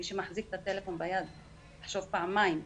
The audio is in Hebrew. מי שמחזיק את הטלפון ביד יחשוב פעמיים,